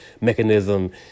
mechanism